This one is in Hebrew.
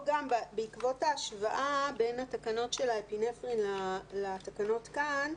בעקבות ההשוואה בין התקנות של האפינפרין לתקנות כאן,